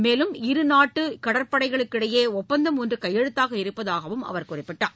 மேலும் இருநாட்டு கடற்படைகளுக்கு இடையே ஒப்பந்தம் ஒன்று கையெழுத்தாக இருப்பதாகவும் அவர் குறிப்பிட்டார்